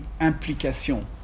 implication